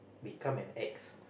become an X